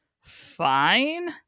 fine